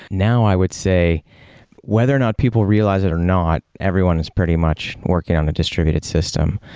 now i would say whether or not people realize it or not, everyone is pretty much working on the distributed system.